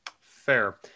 Fair